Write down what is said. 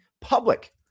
public